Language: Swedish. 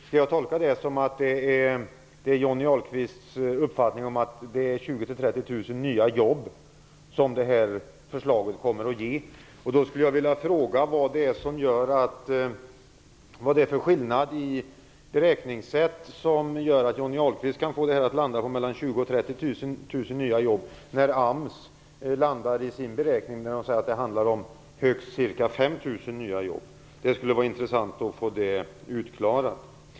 Skall jag tolka det så att det är Johnny Ahlqvists uppfattning att det här förslaget kommer att ge 20 000 30 000 nya jobb? Då skulle jag vilja fråga vad det är för skillnad i beräkningssätt som gör att Johnny Ahlqvist kan få det här att landa på 20 000-30 000 nya jobb när AMS i sin beräkning säger att det handlar om högst ca 5 000 nya jobb. Det skulle vara intressant att få det utklarat.